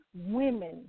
women